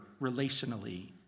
relationally